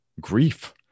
grief